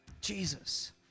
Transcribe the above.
Jesus